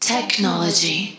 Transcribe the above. Technology